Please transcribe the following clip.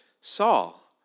Saul